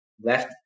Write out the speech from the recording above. left